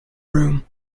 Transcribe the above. room